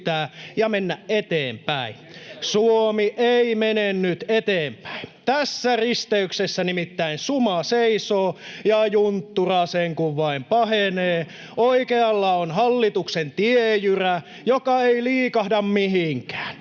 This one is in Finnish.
Suomi ei mene nyt eteenpäin. Tässä risteyksessä nimittäin suma seisoo ja junttura sen kuin vain pahenee. Oikealla on hallituksen tiejyrä, joka ei liikahda mihinkään,